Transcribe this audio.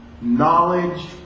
knowledge